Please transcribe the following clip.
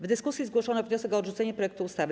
W dyskusji zgłoszono wniosek o odrzucenie projektu ustawy.